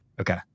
Okay